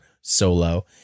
Solo